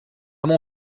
mon